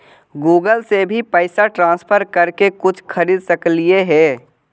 Google से भी पैसा ट्रांसफर कर के कुछ खरिद सकलिऐ हे?